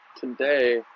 today